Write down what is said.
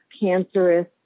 cancerous